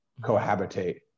cohabitate